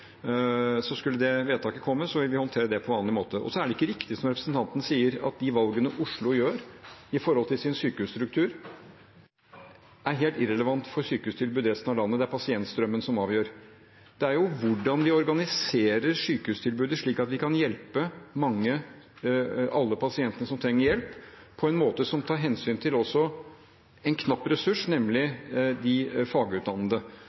Skulle det vedtaket komme, vil vi håndtere det på vanlig måte. Og så er det ikke riktig, det representanten sier, at de valgene Oslo gjør med hensyn til sin sykehusstruktur, er helt irrelevante for sykehustilbudet i resten av landet, og at det er pasientstrømmen som avgjør. Det som gjelder, er jo hvordan vi organiserer sykehustilbudet, slik at vi kan hjelpe mange – alle pasientene som trenger hjelp – på en måte som tar hensyn til en knapp ressurs, nemlig